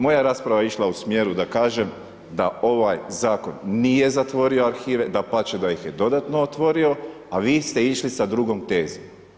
Moja rasprava je išla u smjeru, da kažem, da ovaj zakon nije zatvorio arhive, dapače, da ih je dodatno otvorio, a vi ste išli sa drugom tezom.